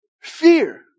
Fear